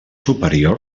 superior